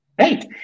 Right